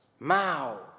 Mao